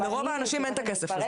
לרוב האנשים אין את הכסף הזה.